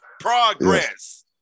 Progress